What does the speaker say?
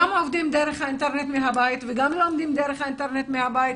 גם עובדים דרך אינטרנט מהבית וגם לומדים דרך האינטרנט מהבית,